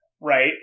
right